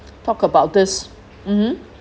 talk about this mmhmm